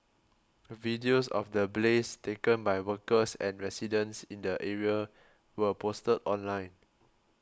videos of the blaze taken by workers and residents in the area were posted online